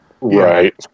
Right